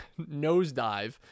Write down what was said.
nosedive